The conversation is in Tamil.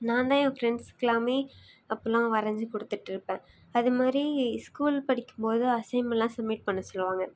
நான் தான் என் ஃப்ரெண்ஸ்க்குலாமே அப்போலாம் வரஞ்சு கொடுத்துட்ருப்பன் அது மாதிரி ஸ்கூல் படிக்கும்போது அசைன்மென்ட் எல்லாம் சப்மிட் பண்ண சொல்லுவாங்க